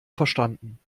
verstanden